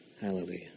Hallelujah